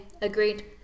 agreed